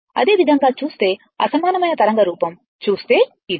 అదే విధంగా చూస్తే అసమానమైన తరంగ రూపం చూస్తే ఇది